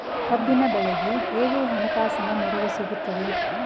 ಕಬ್ಬಿನ ಬೆಳೆಗೆ ಹೇಗೆ ಹಣಕಾಸಿನ ನೆರವು ಸಿಗುತ್ತದೆ?